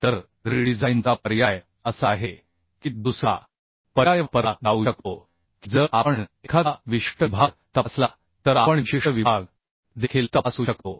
तर रीडिझाइनचा पर्याय असा आहे की दुसरा पर्याय वापरला जाऊ शकतो की जर आपण एखादा विशिष्ट विभाग तपासला तर आपण विशिष्ट विभागदेखील तपासू शकतो